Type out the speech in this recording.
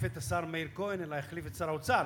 את השר מאיר כהן אלא החליף את שר האוצר,